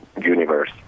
universe